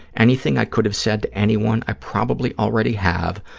anything i could have said to anyone, i probably already have,